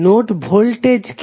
node voltage কি